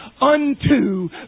unto